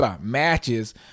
matches